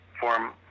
form